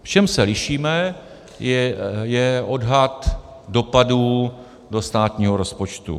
V čem se lišíme, je odhad dopadů do státního rozpočtu.